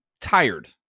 tired